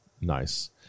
nice